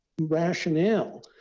rationale